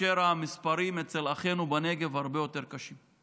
והמספרים אצל אחינו בנגב הרבה יותר קשים.